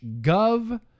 Gov